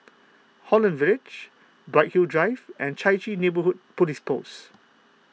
Holland Village Bright Hill Drive and Chai Chee Neighbourhood Police Post